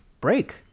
break